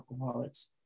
alcoholics